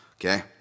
okay